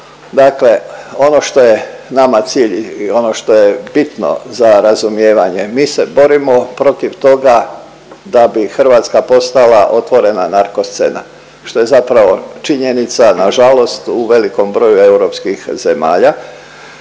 Dakle ono što je nama cilj i ono što je bitno za razumijevanje, mi se borimo protiv toga da bi Hrvatska postala otvorena narko scena, što je zapravo činjenica nažalost u velikom broju europskih zemalja.